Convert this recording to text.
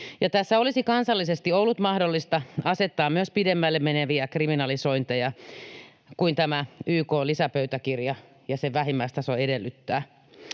Tässä olisi kansallisesti ollut mahdollista asettaa myös pidemmälle meneviä kriminalisointeja kuin tämä YK:n lisäpöytäkirja ja sen vähimmäistaso edellyttää.